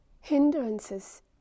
hindrances